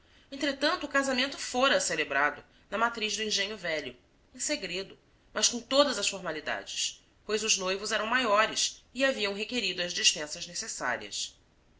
entretanto o casamento fora celebrado na matriz do engenho velho em segredo mas com todas as formalidades pois os noivos eram maiores e haviam requerido as dispensas neces sárias